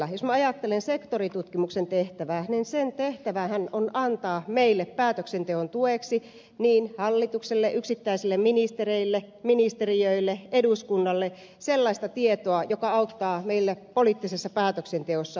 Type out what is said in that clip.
jos minä ajattelen sektoritutkimuksen tehtävää niin sen tehtävähän on antaa meille niin hallitukselle yksittäisille ministereille ministeriöille kuin eduskunnalle päätöksenteon tueksi sellaista tietoa joka auttaa meitä poliittisessa päätöksenteossa itämeren suhteen